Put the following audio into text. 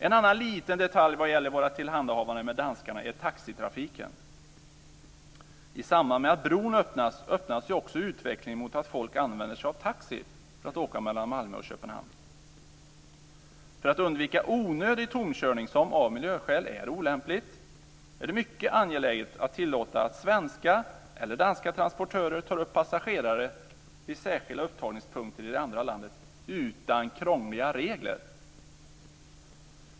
En annan liten detalj som gäller våra mellanhavanden med danskarna är taxitrafiken. I samband med att bron öppnar kommer utvecklingen att gå mot att folk använder sig av taxi för att åka mellan Malmö och Köpenhamn. För att undvika onödig tomkörning, som är olämpligt av miljöskäl, är det mycket angeläget att tillåta att svenska eller danska transportörer tar upp passagerare vid särskilda upptagningspunkter i det andra landet utan krångliga regler.